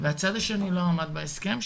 והצד השני לא עמד בהסכם.